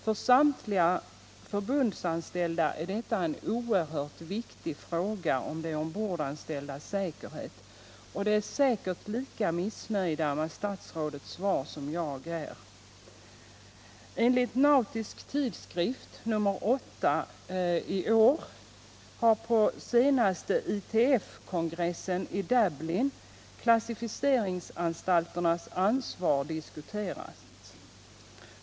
För samtliga förbundsmedlemmar är detta en oerhört viktig fråga, som gäller de ombordanställdas säkerhet, och de är säkert lika missnöjda med statsrådets svar som jag är. Enligt Nautisk Tidskrift nr 8 år 1977 har på senaste ITF-kongressen i Dublin klassificeringsanstalternas ansvar diskuterats.